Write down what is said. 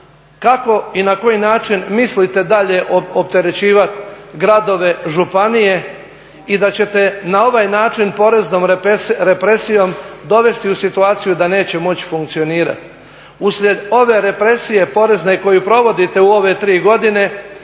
kako i na koji način mislite dalje opterećivat gradove, županije i da ćete na ovaj način poreznom represijom dovesti u situaciju da neće moći funkcionirati. Uslijed ove represije porezne koju provodite u ove tri godine,